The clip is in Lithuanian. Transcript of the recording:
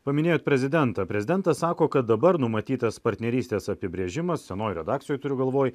paminėjot prezidentą prezidentas sako kad dabar numatytas partnerystės apibrėžimas senoj redakcijoj turiu galvoje